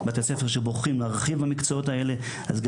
בתי ספר שבוחרים להרחיב במקצועות האלה גם